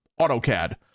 AutoCAD